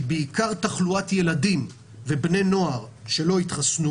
שהיא בעיקר תחלואת ילדים ובני נוער שלא התחסנו.